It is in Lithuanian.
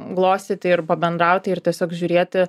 glostyti ir pabendrauti ir tiesiog žiūrėti